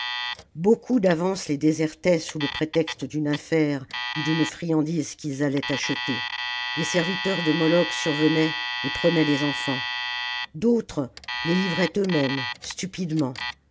beaucoup d'avance les désertaient sous le prétexte d'une affaire ou d'une friandise qu'ils allaient acheter les serviteurs de moloch survenaient et prenaient les enfants d'autres les livraient eux-mêmes stupidement